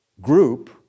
group